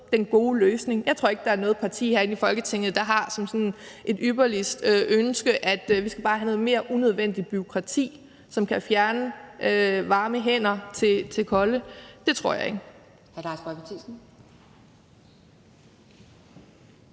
den gode løsning. Jeg tror ikke, der er noget parti her i Folketinget, der har det som et ypperligt ønske, at vi bare skal have noget mere unødvendigt bureaukrati, som kan fjerne varme hænder i forhold til kolde. Det tror jeg ikke.